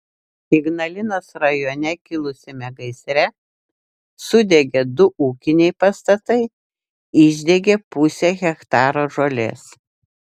ignalinos rajone kilusiame gaisre sudegė du ūkiniai pastatai išdegė pusė hektaro žolės